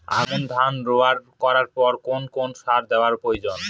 আমন ধান রোয়া করার পর কোন কোন সার দেওয়া প্রয়োজন?